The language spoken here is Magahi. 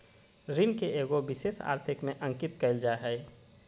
ऋण के एगो विशेष आर्थिक में अंकित कइल जा हइ